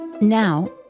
Now